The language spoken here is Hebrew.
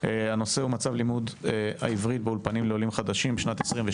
הנושא הוא מצב לימוד העברית באולפנים לעולים חדשים בשנת 2022